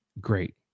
great